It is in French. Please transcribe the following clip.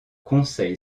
conseil